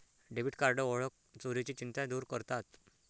debit card ओळख चोरीची चिंता दूर करतात